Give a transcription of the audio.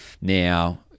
Now